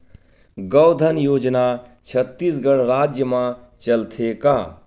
गौधन योजना छत्तीसगढ़ राज्य मा चलथे का?